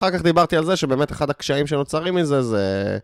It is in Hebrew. אחר כך דיברתי על זה שבאמת אחד הקשיים שנוצרים מזה זה...